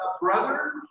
brother